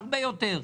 הרבה יותר,